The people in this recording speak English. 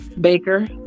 Baker